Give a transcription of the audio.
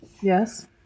Yes